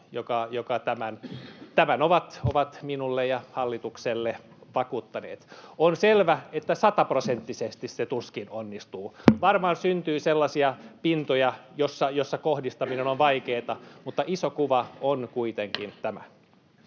tämän ovat minulle ja hallitukselle vakuuttaneet. On selvä, että sataprosenttisesti se tuskin onnistuu. Varmaan syntyy sellaisia pintoja, joissa kohdistaminen on vaikeaa, mutta iso kuva on kuitenkin